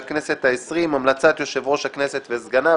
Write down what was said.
אין בקשת יושב-ראש הכנסת לשינוי שעת פתיחת ישיבת הכנסת ביום שני,